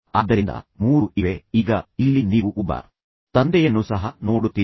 ಆದ್ದರಿಂದ ಮೂರು ಇವೆ ಈಗ ಇಲ್ಲಿ ನೀವು ಒಬ್ಬ ತಂದೆಯನ್ನು ಸಹ ನೋಡುತ್ತೀರಿ